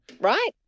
Right